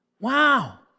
Wow